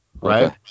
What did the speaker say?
right